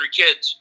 kids